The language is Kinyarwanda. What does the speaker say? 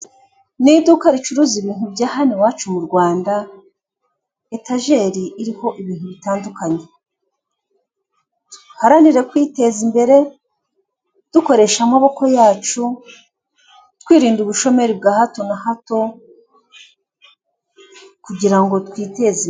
Ni iduka ricuruza ibintu bya hano iwacu mu Rwanda, etajeri iriho ibintu bitandukanye. Duharanire kwiteza imbere dukoresha amaboko yacu, twirinda ubushomeri bwa hato na hato kugirango twiteze imbere.